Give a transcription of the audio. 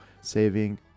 saving